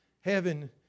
Heaven